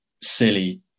silly